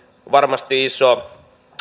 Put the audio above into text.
varmasti iso